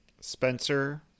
Spencer